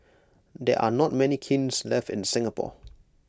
there are not many kilns left in Singapore